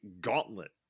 gauntlet